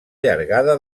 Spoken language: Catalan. llargada